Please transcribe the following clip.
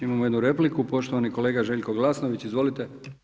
Imamo jednu repliku, poštovani kolega Željko Glasnović, izvolite.